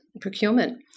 procurement